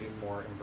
more